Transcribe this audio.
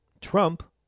Trump